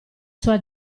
sua